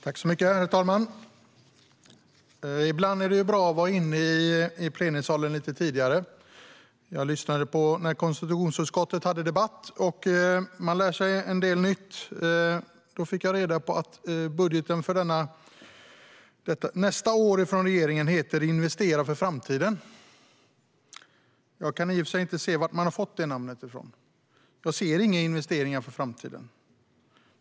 Herr talman! Ibland är det bra att vara inne i plenisalen lite tidigare. Jag lyssnade på när konstitutionsutskottet hade debatt och lärde mig en del nytt. Jag fick reda på att budgeten för nästa år från regeringen heter Samhällsbygget - investera för framtiden . Jag kan i och för sig inte se var man har fått det namnet ifrån. Jag ser inga investeringar för framtiden.